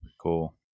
Cool